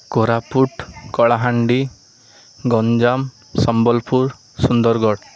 Koraput Kalahandi Ganjam Sambalpur Sundargarh